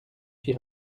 fit